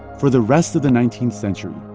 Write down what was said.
for the rest of the nineteenth century,